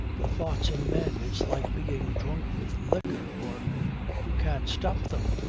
the thoughts in men, it's like being drunk with liquor or you can't stop them.